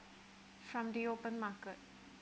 from the open market